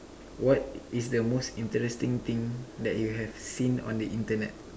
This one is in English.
what is the most interesting thing that you have seen on the Internet